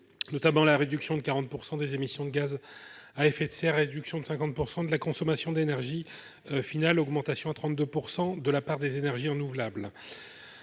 notamment la réduction de 40 % des émissions de gaz à effet de serre et de 50 % de la consommation d'énergie finale et l'augmentation de 32 % de la part des énergies renouvelables.